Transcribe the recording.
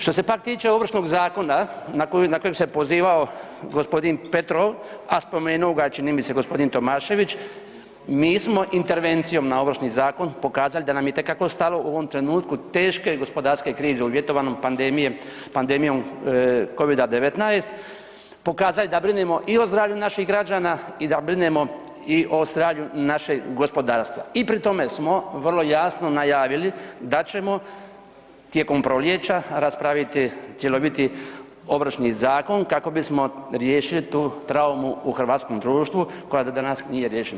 Što se pak tiče Ovršnog zakona na kojeg se pozivao g. Petrov, a spomenuo ga je čini mi se g. Tomašević mi smo intervencijom na Ovršni zakon pokazali da nam je itekako stalo u ovom trenutku teške gospodarske krize uvjetovanom pandemijom covida-19 pokazali da brinemo i o zdravlju naših građana i da brinemo i o zdravlju našeg gospodarstva i pri tome smo vrlo jasno najavili da ćemo tijekom proljeća raspraviti cjeloviti Ovršni zakon kako bismo riješili tu traumu u hrvatskom društvu koja do danas nije riješena.